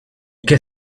che